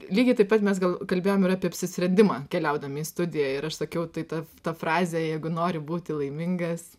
lygiai taip pat mes kalbėjom ir apie apsisprendimą keliaudami į studiją ir aš sakiau tai ta ta frazė jeigu nori būti laimingas